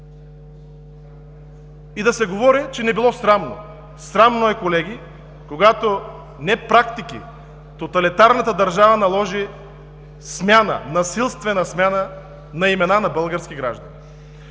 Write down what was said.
и да се говори, че не било срамно. Срамно е, колеги, когато не практики, тоталитарната държава наложи насилствена смяна на имена на български граждани.